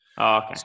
Okay